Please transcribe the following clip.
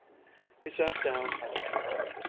he sat down at the piano.